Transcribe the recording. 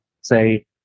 say